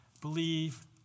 Believe